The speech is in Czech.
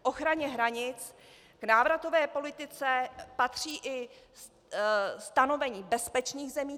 K ochraně hranic, k návratové politice patří i stanovení bezpečných zemí.